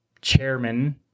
chairman